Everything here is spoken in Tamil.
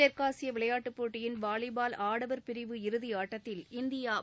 தெற்காசிய விளையாட்டுப் போட்டியின் வாலிபால் ஆடவர் பிரிவு இறுதி ஆட்டத்தில் இந்தியா